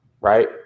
right